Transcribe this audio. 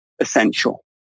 essential